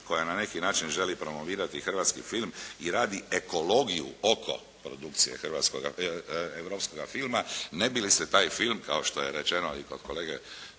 koja na neki način želi promovirati hrvatski film i radi ekologiju oko produkcije hrvatskoga, europskoga filma ne bi li se taj film kao što je rečeno i kod kolege